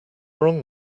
wrong